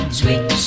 sweet